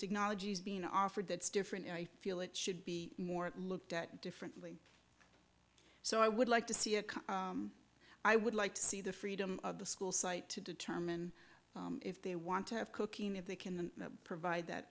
technology is being offered that's different and i feel it should be more looked at differently so i would like to see it i would like to see the freedom of the school site to determine if they want to have cocaine if they can provide that